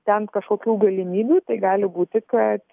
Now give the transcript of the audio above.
ten kažkokių galimybių tai gali būti kad